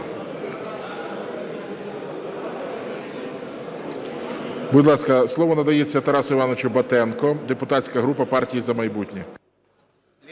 Будь ласка, слово надається Тарасу Івановичу Батенку, депутатська група "Партія "За майбутнє".